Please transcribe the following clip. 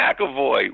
McAvoy